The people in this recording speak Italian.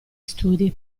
studi